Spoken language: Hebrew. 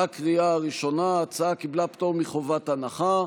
בקריאה הראשונה, ההצעה קיבלה פטור מחובת הנחה,